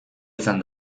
izan